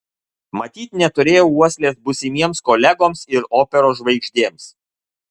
matyt neturėjau uoslės būsimiems kolegoms ir operos žvaigždėms